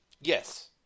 Yes